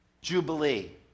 jubilee